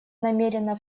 намерена